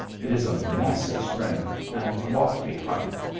it is of massive strength, and lofty height,